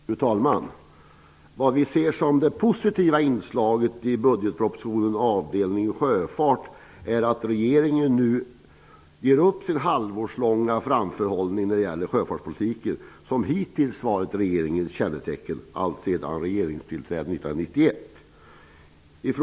Fru talman! Det vi ser som det positiva inslaget i budgetpropositionens avdelning om sjöfart, är att regeringen nu ger upp sin halvårslånga framförhållning när det gäller sjöfartspolitiken. Den har varit regeringens kännetecken alltsedan regeringstillträdet 1991.